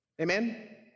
Amen